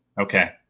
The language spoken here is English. Okay